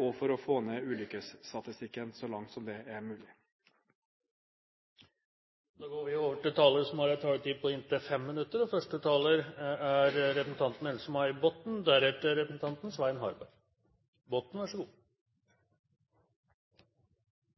og for å få ned ulykkesstatistikken så langt som mulig. Jeg tenker på sommeridyll som en ønsket heading i denne interpellasjonen. Det er følelsen av å ha fri, fuglesang, bølgeskvulp, sjølukt og